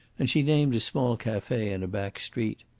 and she named a small cafe in a back street.